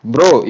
Bro